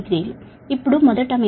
8 కాబట్టి φ 36